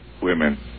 women